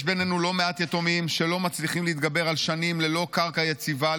יש בינינו לא מעט יתומים שלא מצליחים להתגבר על שנים ללא קרקע יציבה,